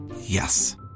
Yes